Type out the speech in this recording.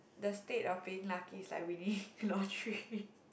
the state of being lucky is like winning lottery